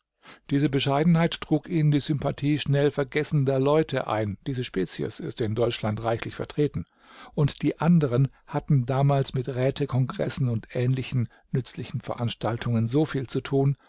diese bescheidenheit trug ihnen die sympathie schnell vergessender leute ein diese spezies ist in deutschland reichlich vertreten und die andern hatten damals mit rätekongressen und ähnlichen nützlichen veranstaltungen so viel zu tun